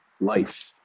Life